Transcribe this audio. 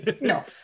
No